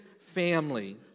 Family